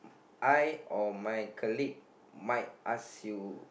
I or my colleague might ask you